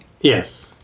Yes